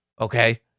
okay